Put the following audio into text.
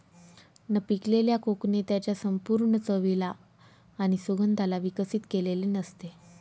न पिकलेल्या कोकणे त्याच्या संपूर्ण चवीला आणि सुगंधाला विकसित केलेले नसते